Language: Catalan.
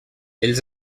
ells